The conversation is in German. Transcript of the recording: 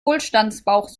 wohlstandsbauch